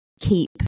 keep